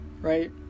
right